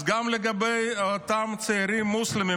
אז גם לגבי אותם צעירים מוסלמים,